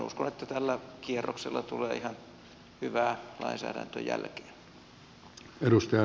uskon että tällä kierroksella tulee ihan hyvää lainsäädäntöjälkeä